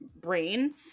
brain